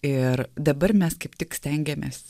ir dabar mes kaip tik stengiamės